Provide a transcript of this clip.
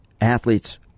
athletes